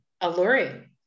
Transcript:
alluring